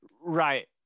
Right